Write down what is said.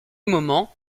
moment